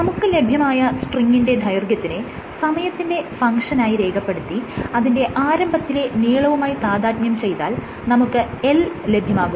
നമുക്ക് ലഭ്യമായ സ്ട്രിങിന്റെ ദൈർഘ്യത്തിനെ സമയത്തിന്റെ ഫങ്ഷനായി രേഖപെടുത്തി അതിന്റെ ആരംഭത്തിലെ നീളവുമായി താദാത്മ്യം ചെയ്താൽ നമുക്ക് L ലഭ്യമാകുന്നു